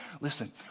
Listen